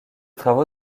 travaux